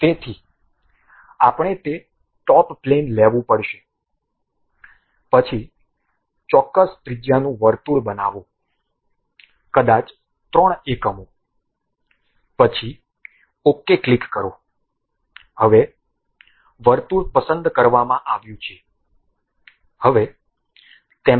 તેથી આપણે તે ટોપ પ્લેન લેવું પડશે પછી ચોક્કસ ત્રિજ્યાનું વર્તુળ બનાવો કદાચ 3 એકમો પછી ok ક્લિક કરો હવે વર્તુળ પસંદ કરવામાં આવ્યું છે